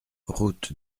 route